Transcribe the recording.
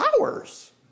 hours